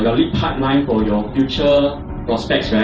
lead pipeline for your future prospects,